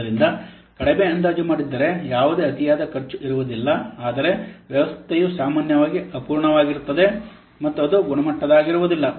ಆದ್ದರಿಂದ ಕಡಿಮೆ ಅಂದಾಜು ಮಾಡಿದ್ದರೆ ಯಾವುದೇ ಅತಿಯಾದ ಖರ್ಚು ಇರುವುದಿಲ್ಲ ಆದರೆ ವ್ಯವಸ್ಥೆಯು ಸಾಮಾನ್ಯವಾಗಿ ಅಪೂರ್ಣವಾಗಿರುತ್ತದೆ ಮತ್ತು ಅದು ಗುಣಮಟ್ಟದ್ದಾಗಿರುವುದಿಲ್ಲ